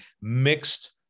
mixed